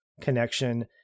connection